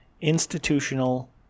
Institutional